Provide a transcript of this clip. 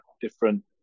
different